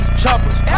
choppers